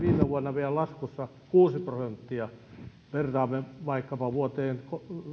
viime vuonna vielä laskussa kuusi prosenttia verratkaamme vaikkapa vuoteen